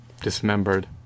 dismembered